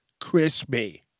crispy